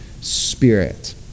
Spirit